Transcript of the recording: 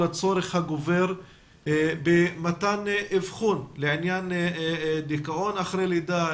הצורך הגובר במתן אבחון לעניין דיכאון אחרי לידה,